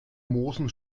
moosen